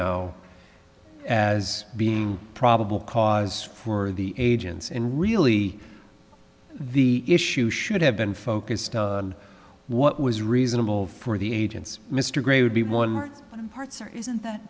know as being probable cause for the agents and really the issue should have been focused on what was reasonable for the agents mr gray would be one parts or isn't that